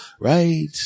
Right